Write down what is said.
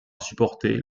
supporter